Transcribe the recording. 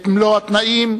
את מלוא התנאים,